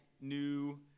new